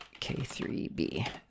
k3b